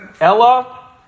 Ella